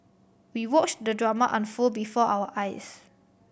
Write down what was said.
we watched the drama unfold before our eyes